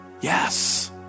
yes